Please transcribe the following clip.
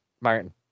martin